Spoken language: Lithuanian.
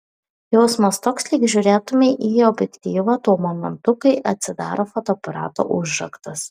jausmas toks lyg žiūrėtumei į objektyvą tuo momentu kai atsidaro fotoaparato užraktas